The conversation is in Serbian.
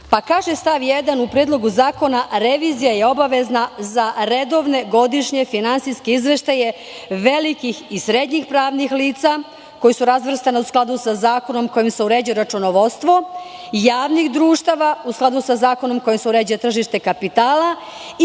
revizije. Stav 1. u Predlogu zakona kaže – revizija je obavezna za redovne godišnje finansijske izveštaje velikih i srednjih pravnih lica, koji su razvrstani u skladu sa zakonom kojim se uređuje računovodstvo, i javnih društava u skladu sa zakonom kojim se uređuje tržište kapitala i